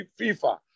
FIFA